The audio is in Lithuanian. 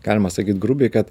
galima sakyt grubiai kad